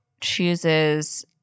chooses